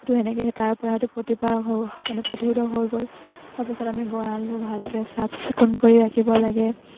সেইটো সেনেকে সেই তাৰ পৰা সেইটো প্ৰতিষোধক মানে প্ৰতিষোধক হৈ গ'ল তাৰপাছত আমি গঁৰালবোৰ ভালকে চাফ চিকুণ কৰি ৰাখিব লাগে